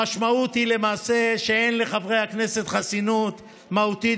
המשמעות היא למעשה שאין לחברי הכנסת חסינות מהותית